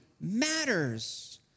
matters